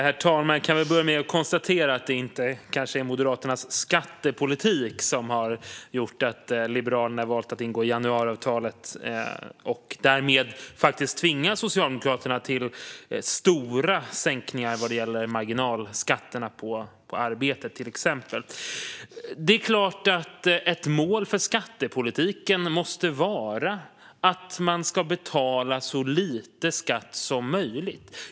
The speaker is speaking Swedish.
Herr talman! Jag kan börja med att konstatera att det kanske inte är Moderaternas skattepolitik som har gjort att Liberalerna har valt att ingå januariavtalet och därmed tvinga Socialdemokraterna till stora sänkningar vad gäller till exempel marginalskatterna på arbete. Det är klart att ett mål för skattepolitiken måste vara att man ska betala så lite skatt som möjligt.